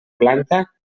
planta